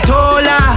Tola